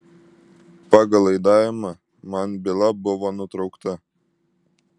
pagal laidavimą man byla buvo nutraukta